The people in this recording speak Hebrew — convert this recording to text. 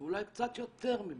אולי קצת יותר ממבוגרים.